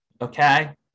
okay